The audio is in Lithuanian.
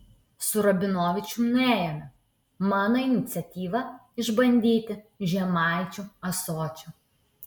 su rabinovičiumi nuėjome mano iniciatyva išbandyti žemaičių ąsočio